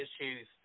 issues